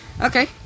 Okay